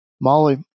Molly